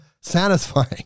satisfying